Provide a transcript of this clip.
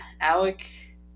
Alec